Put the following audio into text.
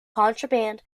contraband